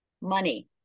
money